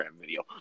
video